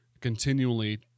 continually